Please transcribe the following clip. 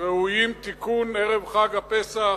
ראויים לתיקון ערב חג הפסח,